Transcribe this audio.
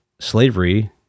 slavery